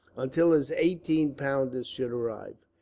until his eighteen-pounders should arrive.